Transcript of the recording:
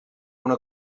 una